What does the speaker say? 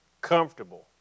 comfortable